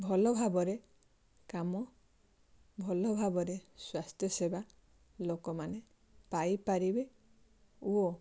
ଭଲଭାବରେ କାମ ଭଲଭାବରେ ସ୍ଵାସ୍ଥ୍ୟସେବା ଲୋକମାନେ ପାଇପାରିବେ ଓ